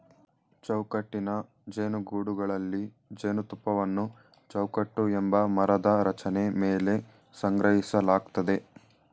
ಚೌಕಟ್ಟಿನ ಜೇನುಗೂಡುಗಳಲ್ಲಿ ಜೇನುತುಪ್ಪವನ್ನು ಚೌಕಟ್ಟು ಎಂಬ ಮರದ ರಚನೆ ಮೇಲೆ ಸಂಗ್ರಹಿಸಲಾಗ್ತದೆ